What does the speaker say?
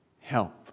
help